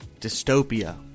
dystopia